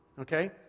okay